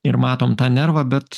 ir matom tą nervą bet